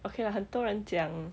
okay lah 很多人讲